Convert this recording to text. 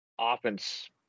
offense